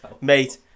mate